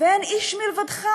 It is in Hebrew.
ואין איש מלבדך?